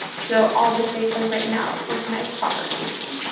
so all the states are written out with nice, proper casing.